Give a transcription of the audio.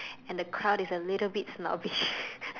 and the crowd is a little bit snobbish